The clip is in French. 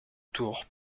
tour